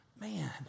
man